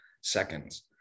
seconds